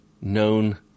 known